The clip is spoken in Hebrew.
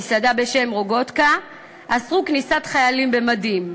במסעדה בשם "רוגטקה" אסרו כניסת חיילים במדים,